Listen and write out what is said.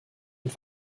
und